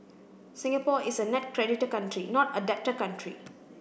Singapore is a net creditor country not a debtor country